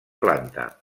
planta